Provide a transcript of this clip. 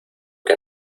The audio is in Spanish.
que